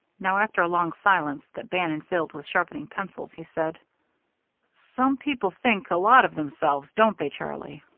now, after a long silence, that bannon filled with sharpening pencils, he said some people think a lot of themselves, don't they, charlie?